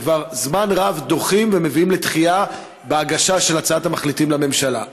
כבר זמן רב דוחים ומביאים לדחייה בהגשת הצעת המחליטים לממשלה.